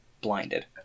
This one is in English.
blinded